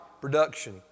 production